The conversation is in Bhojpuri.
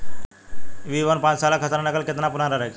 बी वन और पांचसाला खसरा नकल केतना पुरान रहे के चाहीं?